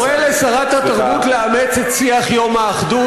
אני קורא לשרת התרבות לאמץ את שיח יום האחדות.